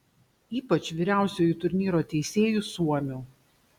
ypač vyriausiuoju turnyro teisėju suomiu